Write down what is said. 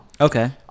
okay